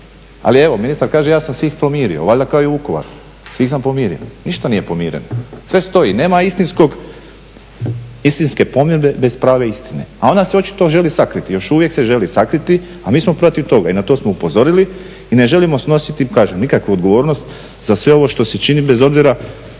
Ali evo ministar kaže ja sam svih pomirio, valjda kao i Vukovar, svih sam pomirio. Ništa nije pomireno, sve stoji, nema istinske pomirbe bez prave istine, a ona se očito želi sakriti, još uvijek se želi sakriti, a mi smo protiv toga i na to smo upozorili i ne želimo snositi nikakvu odgovornost za sve ovo što se čini, bez obzira